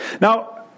Now